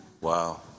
Wow